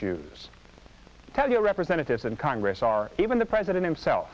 your representatives in congress are even the president himself